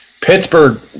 Pittsburgh